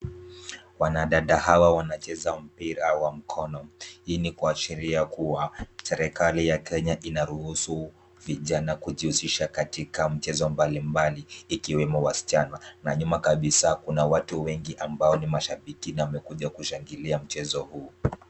Wanadada hawa wanacheza mpira wa mikono. Hii ni kuashiria kuwa serikali ya Kenya inaruhusu vijana kujihusisha katika michezo mbalimbali ikiwemo wasichana. Na nyuma kabisa kuna watu wengi ambao ni mashabiki na wamekuja kushangilia mchezo huu.